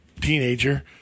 teenager